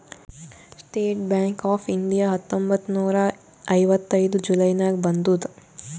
state Bank of India ಹತ್ತೊಂಬತ್ತ್ ನೂರಾ ಐವತ್ತೈದು ಜುಲೈ ನಾಗ್ ಬಂದುದ್